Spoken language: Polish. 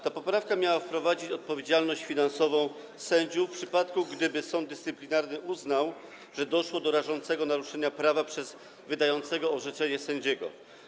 Ta poprawka miała wprowadzić odpowiedzialność finansową sędziów, w przypadku gdyby sąd dyscyplinarny uznał, że doszło do rażącego naruszenia prawa przez wydającego orzeczenie sędziego.